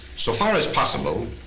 so far as possible,